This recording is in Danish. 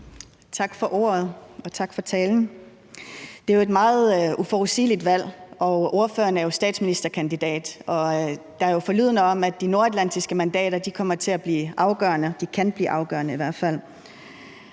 Tak for ordet, og tak for talen. Det er jo et meget uforudsigeligt valg, og ordføreren er statsministerkandidat, og der er forlydender om, at de nordatlantiske mandater kommer til at blive afgørende – at de kan blive afgørende i hvert fald.